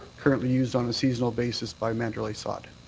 currently used on a seasonal basis by mandralayy sod.